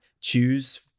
choose